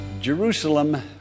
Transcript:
Jerusalem